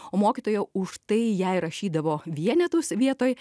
o mokytojai už tai jai rašydavo vienetus vietoj